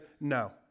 no